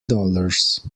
dollars